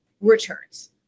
returns